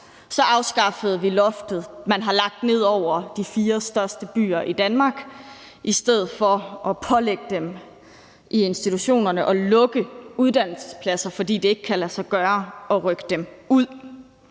afskaffede vi loftet, man har lagt ned over de fire største byer i Danmark, i stedet for at pålægge institutionerne at lukke uddannelsespladser, fordi det ikke kan lade sig gøre at rykke dem ud.